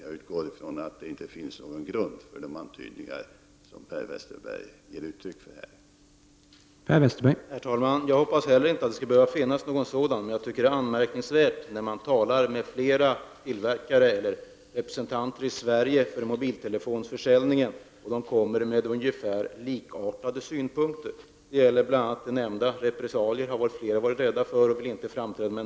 Jag utgår från att det inte finns någon grund för de antydningar som Per Westerberg här gör.